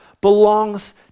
belongs